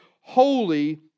holy